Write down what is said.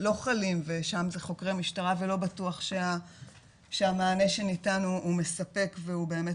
לא חלים ושם זה חוקרי משטרה ולא בטוח שהמענה שניתן הוא מספק והוא באמת